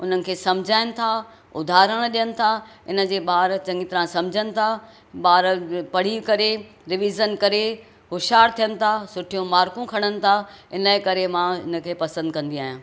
हुनखे समुझाइनि था उद्धाहरण ॾियनि था हिन जे ॿार चङी तरह समुझनि था ॿार पढ़ी करे रिवीज़न करे हुशियार थियनि था सुठियूं मार्कूं खणनि था हिनजे करे मां हिनखे पसंदि कंदी आहियां